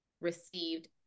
received